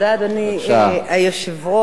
אדוני היושב-ראש,